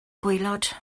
gwaelod